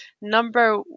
number